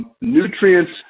nutrients